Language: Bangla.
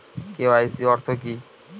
কে.ওয়াই.সি অর্থ কি?